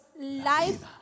life